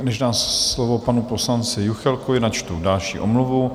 Než dám slovo panu poslanci Juchelkovi, načtu další omluvu.